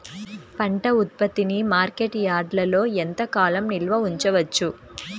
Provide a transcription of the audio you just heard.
పంట ఉత్పత్తిని మార్కెట్ యార్డ్లలో ఎంతకాలం నిల్వ ఉంచవచ్చు?